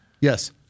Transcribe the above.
Yes